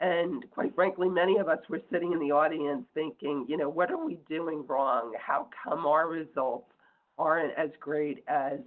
and quite frankly, many of us were sitting in the audience thinking, you know, what are we doing wrong? how come our results aren't as great as